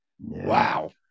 Wow